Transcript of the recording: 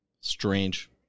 Strange